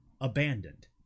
Abandoned